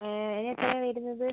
അതിനെത്രയാണ് വരുന്നത്